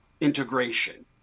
integration